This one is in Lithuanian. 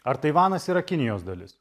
ar taivanas yra kinijos dalis